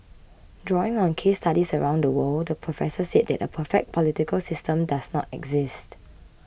drawing on case studies around the world the professor said that a perfect political system does not exist